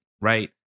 right